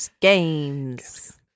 games